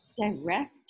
direct